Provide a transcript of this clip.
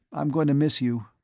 i'm going to miss you.